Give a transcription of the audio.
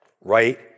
Right